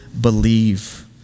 believe